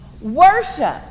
Worship